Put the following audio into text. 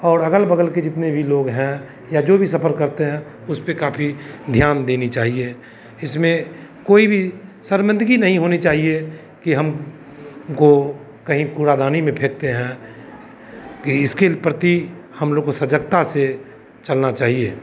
और अगल बगल के जितने भी लोग हैं या जो भी सफर करते हैं उस पर काफी ध्यान देनी चाहिए इसमें कोई भी शर्मिंदगी नहीं होनी चाहिए कि हम गो कहीं कूड़ादानी में फेंकते हैं कि इसके प्रति हम लोगों को सजगता से चलना चाहिए